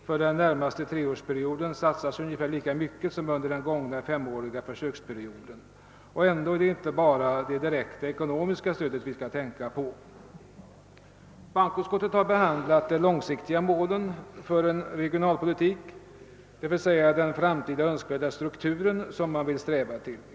För den närmaste treårsperioden satsas ungefär lika mycket som under den gångna femåriga försöksperioden. Och ändå är det inte bara det direkta ekonomiska stödet vi skall tänka på. Bankoutskottet har behandlat de långsiktiga målen för en regionalpolitik, d.v.s. den framtida önskvärda struktur som man vill sträva efter.